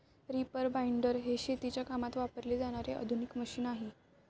reaper binder हे शेतीच्या कामात वापरले जाणारे आधुनिक मशीन आहे